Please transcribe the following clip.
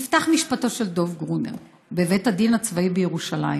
נפתח משפטו של דב גרונר בבית הדין הצבאי בירושלים,